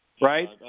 right